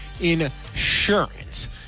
Insurance